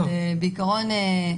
אבל בעיקרון,